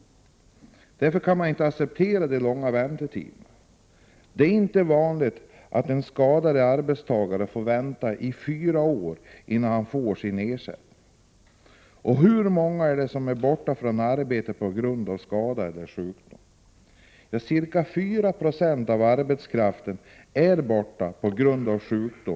Därför kan man inte acceptera de långa väntetiderna. Det är inte ovanligt att en skadad arbetstagare får vänta i fyra år på att få ersättning. Hur många är det då som är borta från arbetet på grund av skada eller sjukdom? Jo, ca 4 70.